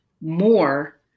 more